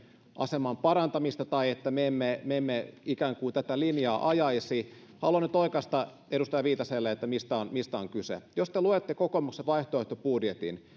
aseman parantamista tai että me emme me emme ikään kuin tätä linjaa ajaisi haluan nyt oikaista edustaja viitaselle mistä on mistä on kyse jos te luette kokoomuksen vaihtoehtobudjetin